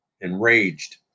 Enraged